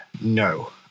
No